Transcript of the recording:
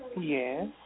Yes